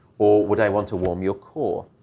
or would i want to warm your core?